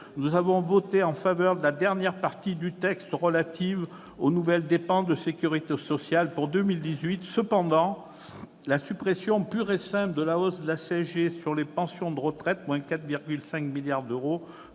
Nous avons voté en faveur de la dernière partie du texte, relative aux nouvelles dépenses de sécurité sociale pour 2018. Néanmoins, la suppression pure et simple de la hausse de la CSG sur les pensions de retraite, représentant